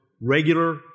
regular